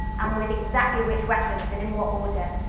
um with exactly which weapons and in what order,